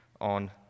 on